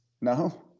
No